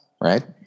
right